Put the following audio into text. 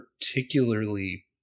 particularly